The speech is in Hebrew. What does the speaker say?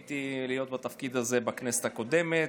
זכיתי להיות בתפקיד הזה בכנסת הקודמת,